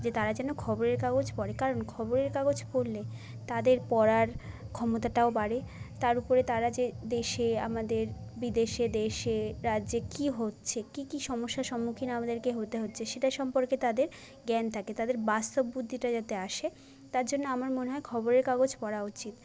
যে তারা যেন খবরের কাগজ পড়ে কারণ খবরের কাগজ পড়লে তাদের পড়ার ক্ষমতাটাও বাড়ে তার উপরে তারা যে দেশে আমাদের বিদেশে দেশে রাজ্যে কী হচ্ছে কী কী সমস্যার সম্মুখীন আমাদেরকে হতে হচ্ছে সেটা সম্পর্কে তাদের জ্ঞান থাকে তাদের বাস্তব বুদ্ধিটা যাতে আসে তার জন্য আমার মনে হয় খবরের কাগজ পড়া উচিত